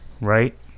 Right